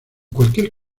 cualquier